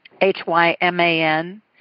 H-Y-M-A-N